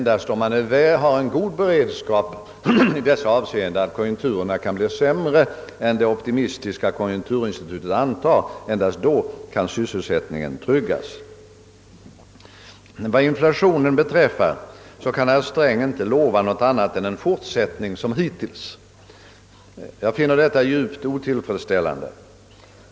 Endast om man har en god beredskap i detta fall — om konjunkturerna blir sämre än det optimistiska konjunkturinstitutet antar — endast då kan sysselsättningen tryggas. Vad inflationen beträffar kan herr Sträng inte utlova annat än en fortsättning som hittills. Jag finner detta djupt otillfredsställande.